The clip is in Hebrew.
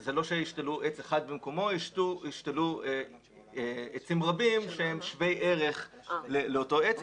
זה לא שישתלו עץ אחד במקומו אלא ישתלו עצים רבים שהם שווי ערך לאותו עץ.